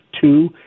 two